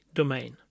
domain